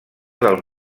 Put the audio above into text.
del